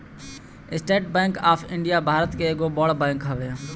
estate Bank of India Bharat के एगो बड़ बैंक हवे